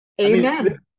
Amen